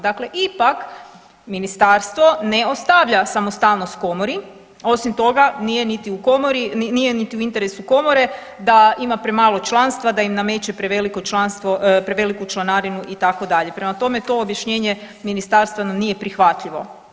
Dakle ipak Ministarstvo ne ostavlja samostalnost komori, osim toga, nije niti u komori, nije niti u interesu komore da ima premalo članstva, da im nameće preveliko članstvo, preveliku članarinu, itd., prema tome, to objašnjenje Ministarstva nam nije prihvatljivo.